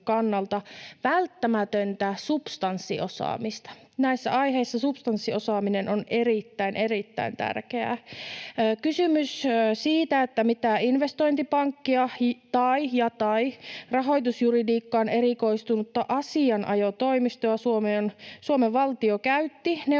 kannalta välttämätöntä substanssiosaamista. Näissä aiheissa substanssiosaaminen on erittäin, erittäin tärkeää. On kysymys siitä, mitä investointipankkia ja/tai rahoitusjuridiikkaan erikoistunutta asianajotoimistoa Suomen valtio käytti neuvonantajina